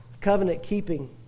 covenant-keeping